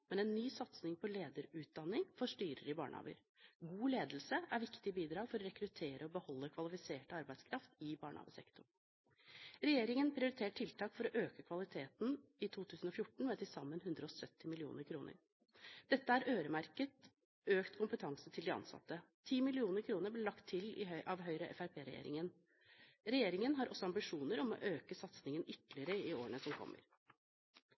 en ny satsing på lederutdanning for styrere i barnehager. God ledelse er et viktig bidrag for å rekruttere og beholde kvalifisert arbeidskraft i barnehagesektoren. Regjeringen prioriterer tiltak for å øke kvaliteten i 2014, med til sammen 170 mill. kr. Dette er øremerket økt kompetanse til de ansatte. 10 mill. kr ble lagt til av Høyre–Fremskrittsparti-regjeringen. Regjeringen har også ambisjoner om å øke satsingen ytterligere i årene som kommer.